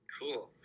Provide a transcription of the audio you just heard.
Cool